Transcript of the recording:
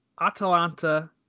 Atalanta